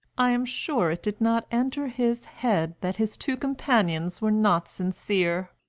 i am sure it did not enter his head that his two companions were not sincere,